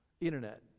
Internet